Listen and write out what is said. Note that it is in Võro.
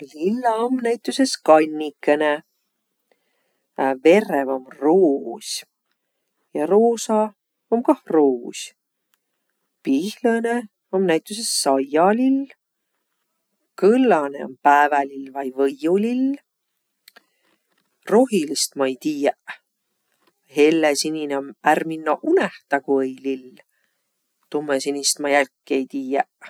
Lilla om näütüses kannikõnõ. verrev om ruus. Ja roosa om kah ruus. Pihlõnõ om näütüses saialill. Kõllanõ om päävälill vai võiulill. Rohilist ma-i tiiäq. Hellesinine om ärq-minno-unõhtagu-i-lill. Tummõsinist ma jälkiq ei tiiäq.